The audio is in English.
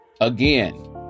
again